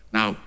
Now